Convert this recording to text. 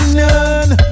none